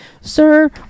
sir